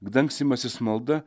dangstymasis malda